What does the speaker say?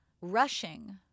rushing